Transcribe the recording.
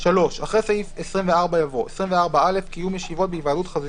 " (3)אחרי סעיף 24 יבוא: 24א. קיום ישיבות בהיוועדות חזותית,